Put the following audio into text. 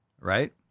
Right